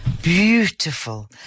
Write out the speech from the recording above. Beautiful